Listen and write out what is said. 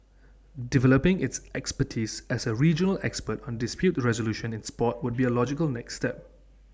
developing its expertise as A regional expert on dispute resolution in Sport would be A logical next step